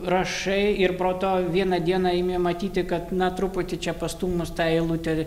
rašai ir pro to vieną dieną imi matyti kad na truputį čia pastūmus tą eilutę